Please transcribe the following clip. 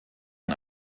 ein